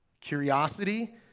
curiosity